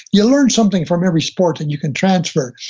you learn something from every sport, and you can transfer.